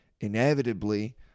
inevitably